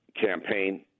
campaign